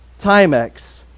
Timex